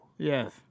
Yes